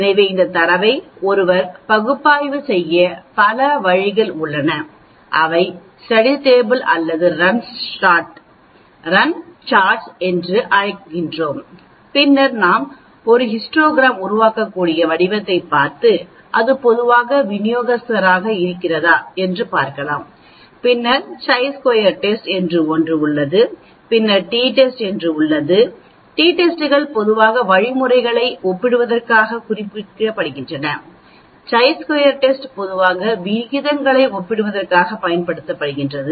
எனவே இந்தத் தரவை ஒருவர் பகுப்பாய்வு செய்ய பல பல வழிகள் உள்ளன அவை ஸ்டடி ஸ்டேபிள் அல்லது ரன் சார்ட்ஸ் என்று அழைக்கப்படுகின்றன பின்னர் நாம் ஒரு ஹிஸ்டோகிராம் உருவாக்கக்கூடிய வடிவத்தைப் பார்த்து அது பொதுவாக விநியோகஸ்தராக இருக்கிறதா என்று பார்க்கலாம் பின்னர் சி ஸ்கொயர் டெஸ்ட் என்று ஒன்று உள்ளது பின்னர் டி டெஸ்ட் என்று ஒன்று உள்ளது டி டெஸ்ட்கள் பொதுவாக வழிமுறைகளை ஒப்பிடுவதற்காகவே குறிக்கப்படுகின்றன சி சதுர சோதனை பொதுவாக விகிதங்களை ஒப்பிடுவதற்கானது